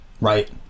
right